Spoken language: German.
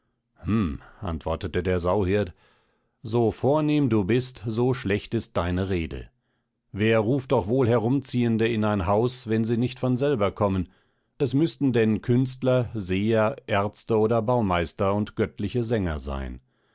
antwortete der sauhirt so vornehm du bist so schlecht ist deine rede wer ruft doch wohl herumziehende in ein haus wenn sie nicht von selber kommen es müßten denn künstler seher ärzte oder baumeister und göttliche sänger sein